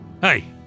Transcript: Hey